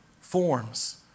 forms